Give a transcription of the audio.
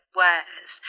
wears